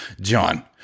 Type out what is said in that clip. John